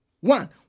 One